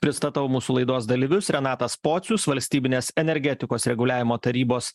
pristatau mūsų laidos dalyvius renatas pocius valstybinės energetikos reguliavimo tarybos